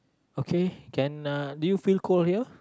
okay can ah do you feel cold here